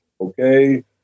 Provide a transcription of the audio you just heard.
Okay